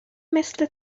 مثل